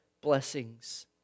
blessings